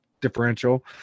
differential